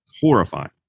horrifying